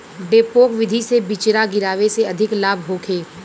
डेपोक विधि से बिचरा गिरावे से अधिक लाभ होखे?